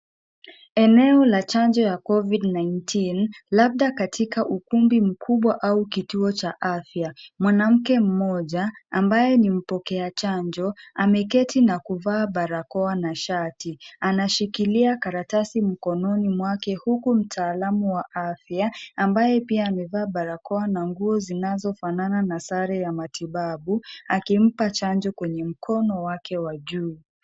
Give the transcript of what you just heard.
Eneo la chanjo ya Covid-19 , labda katika ukumbi mkubwa au kituo cha afya. Mwanamke mmoja ambaye ni mpokea chanjo, ameketi na kuvaa barakoa na shati. Anashikilia karatasi mkononi mwake huku mtaalamu wa afya, ambaye pia amevaa barakoa na nguo zinazofanana na sare ya matibabu akimpa chanjo kwenye mkono wake wa juu.